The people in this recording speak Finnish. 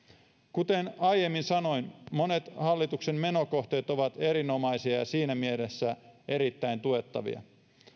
kuten aiemmin sanoin monet hallituksen menokohteet ovat erinomaisia ja siinä mielessä erittäin tuettavia